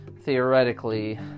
Theoretically